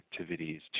activities